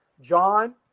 John